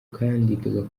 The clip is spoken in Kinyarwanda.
kandi